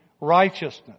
righteousness